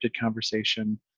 conversation